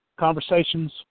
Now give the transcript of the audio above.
conversations